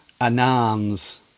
Anans